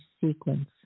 sequence